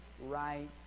right